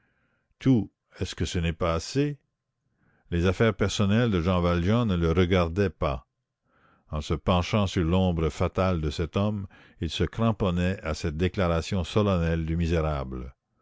tout est-ce que ce n'est pas assez les affaires personnelles de jean valjean ne le regardaient pas en se penchant sur l'ombre fatale de cet homme il se cramponnait à cette déclaration solennelle du misérable